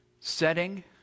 setting